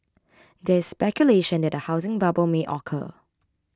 there is speculation that a housing bubble may occur